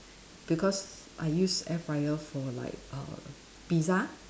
because I use air fryer for like err pizza